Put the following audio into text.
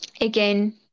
again